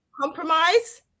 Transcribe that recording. Compromise